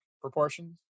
proportions